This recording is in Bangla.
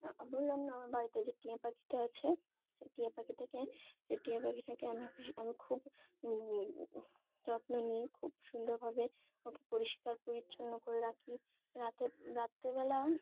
বললাম না আমার বাড়িতে যে টিয়া পাখিটা আছে সেই টিয়া পাখিটাকে সেই টিয়া পাখিটাকে আমি আমি খুব যত্ন নিই খুব সুন্দরভাবে ওকে পরিষ্কার পরিচ্ছন্ন করে রাখি রাতে রাত্রেবেলা